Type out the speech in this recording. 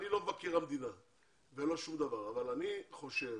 אני לא מבקר המדינה ולא שום דבר אבל אני חושב